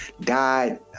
died